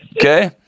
Okay